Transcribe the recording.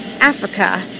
Africa